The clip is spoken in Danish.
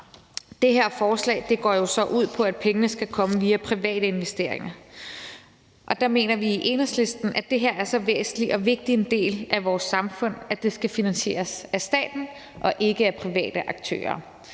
Det her forslag går jo så ud på, at pengene skal komme via private investeringer. Der mener vi i Enhedslisten, at det her er så væsentlig og vigtig en del af vores samfund, at det skal finansieres af staten og ikke af private aktører.